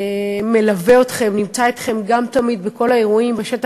ומלווה אתכם, נמצא אתכם תמיד בכל האירועים בשטח.